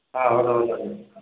అవును అవునండి